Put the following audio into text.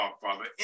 Father